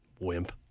Wimp